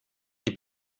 die